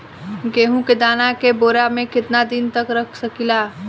गेहूं के दाना के बोरा में केतना दिन तक रख सकिले?